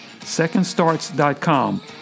secondstarts.com